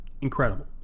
incredible